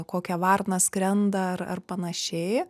kokia varna skrenda ar ar panašiai